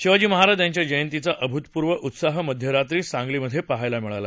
शिवाजी महाराज यांच्या जयंतीचा अभूतपूर्व उत्साह मध्यरात्री सांगली मध्ये पाहायला मिळाला